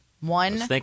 One